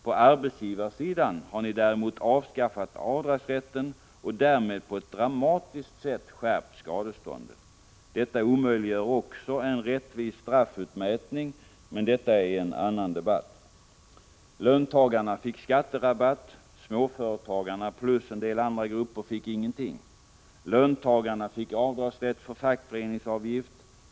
På arbetsgivarsidan har ni däremot avskaffat avdragsrätten och därmed på ett dramatiskt sätt skärpt skadestånden. Detta omöjliggör en rättvis straffut mätning, men detta är en annan debatt. Löntagarna fick skatterabatt. Småföretagarna och en del andra grupper fick ingenting. Löntagarna fick avdragsrätt för fackföreningsavgift.